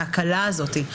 ההקלה הזאת.